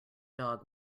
dog